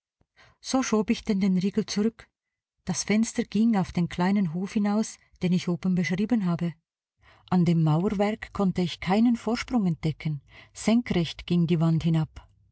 so schob ich denn den riegel zurück das fenster ging auf den kleinen hof hinaus den ich oben beschrieben habe an dem mauerwerk konnte ich keinen vorsprung entdecken senkrecht ging die wand hinab